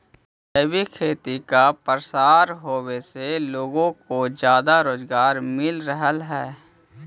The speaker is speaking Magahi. जैविक खेती का प्रसार होवे से लोगों को ज्यादा रोजगार मिल रहलई हे